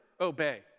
obey